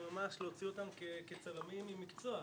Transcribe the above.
ממש להוציא אותם כצלמים עם מקצוע,